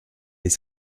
les